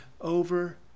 over